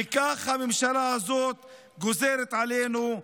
וכך הממשלה הזאת גוזרת עלינו,